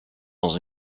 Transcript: dans